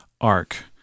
arc